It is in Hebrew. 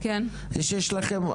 זה שיש לכם,